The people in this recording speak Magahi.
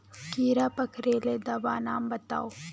कीड़ा पकरिले दाबा नाम बाताउ?